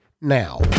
now